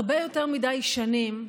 הרבה יותר מדי שנים,